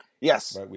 yes